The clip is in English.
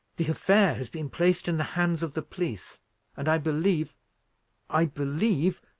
the affair has been placed in the hands of the police and i believe i believe,